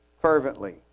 fervently